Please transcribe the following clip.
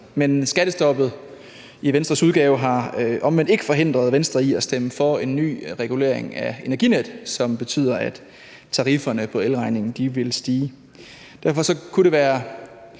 Men skattestoppet i Venstres udgave har omvendt ikke forhindret Venstre i at stemme for en ny regulering af Energinet, som betyder, at tarifferne på elregningen vil stige. Derfor kunne det være